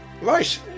right